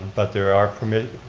but there are permit,